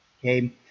Okay